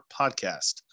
podcast